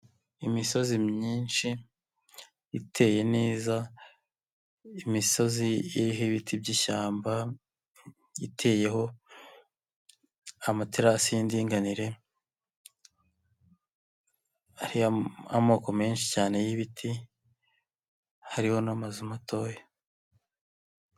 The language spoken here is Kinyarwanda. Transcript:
Imisozi myinshi iteye neza imisozi iriho ibiti by'ishyamba iteyeho amaterasi y'indinganire hariho amoko menshi cyane y'ibiti hariho n'amazu matoya.